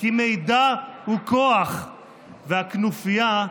כי מידע הוא כוח, והכנופיה,